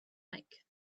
like